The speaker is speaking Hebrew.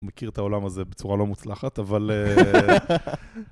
מכיר את העולם הזה בצורה לא מוצלחת, אבל...חחחח